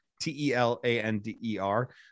T-E-L-A-N-D-E-R